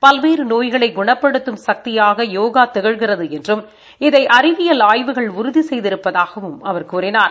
பல்வேறு நோய்களை குணப்படுத்தும் சக்தியாக யோகா திகழ்கிறது என்றும் இதை அறிவியல் ஆய்வுகள் உறுதி செய்திருப்பதாகவும் அவர் கூறினார்